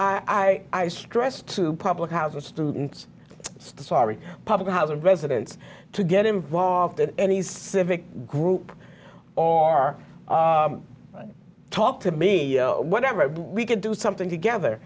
o i stress to public housing students sorry public housing residents to get involved in any civic group are talk to me whenever we can do something together